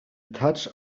touch